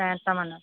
চাৰে আঠটা মানত